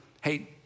hey